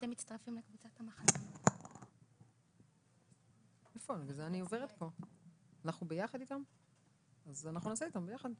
3. מי נגד?